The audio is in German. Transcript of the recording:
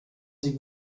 sie